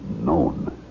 known